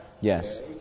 Yes